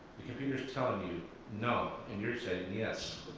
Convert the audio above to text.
the computer's telling you no and you're saying yes,